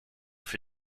für